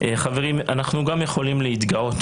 אנחנו גם יכולים להתגאות.